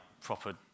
proper